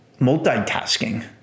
multitasking